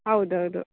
ಹೌದ್ ಹೌದು